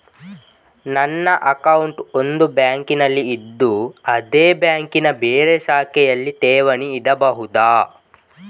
ನನ್ನ ಅಕೌಂಟ್ ಒಂದು ಬ್ಯಾಂಕಿನಲ್ಲಿ ಇದ್ದು ಅದೇ ಬ್ಯಾಂಕಿನ ಬೇರೆ ಶಾಖೆಗಳಲ್ಲಿ ಠೇವಣಿ ಇಡಬಹುದಾ?